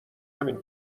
همین